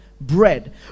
bread